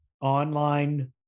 online